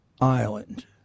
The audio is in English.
Island